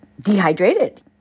dehydrated